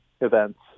events